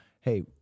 Hey